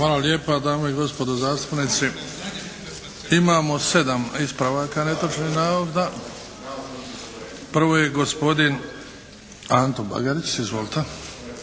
Hvala lijepa. Dame i gospodo zastupnici, imamo 7 ispravak netočnih navoda. Prvo je gospodin Anto Bagarić. Izvolite.